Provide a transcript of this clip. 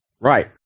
Right